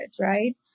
right